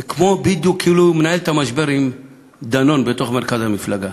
זה בדיוק כאילו שהוא מנהל את המשבר עם דנון בתוך מרכז המפלגה.